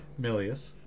Milius